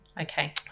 okay